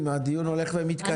הדיון הולך ומתקצר.